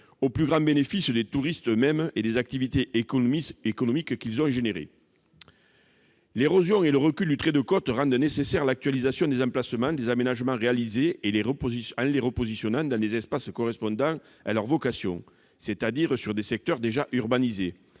au plus grand profit des touristes eux-mêmes et des activités économiques qu'ils ont contribué à développer. L'érosion et le recul du trait de côte rendent nécessaire l'actualisation des emplacements des aménagements réalisés en repositionnant ceux-ci dans des espaces correspondant à leur vocation, c'est-à-dire des secteurs déjà urbanisés